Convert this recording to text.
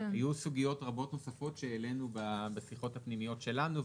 היו סוגיות רבות נוספות שהעלינו בשיחות הפנימיות שלנו,